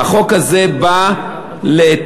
והחוק הזה בא להיטיב.